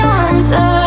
answer